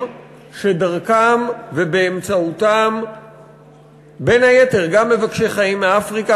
שדרכם ובאמצעותם בין היתר גם מבקשי חיים מאפריקה,